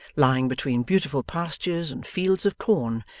lying between beautiful pastures and fields of corn,